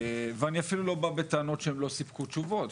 ואני אפילו לא בא בטענות שהם לא סיפקו תשובות,